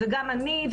גם אני,